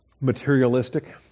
materialistic